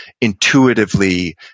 intuitively